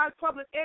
public